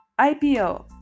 IPO